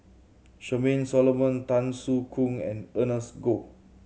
Charmaine Solomon Tan Soo Khoon and Ernest Goh